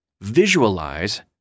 visualize